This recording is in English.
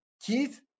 Keith